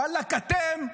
וואלכ אתם,